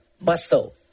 muscle